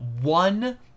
one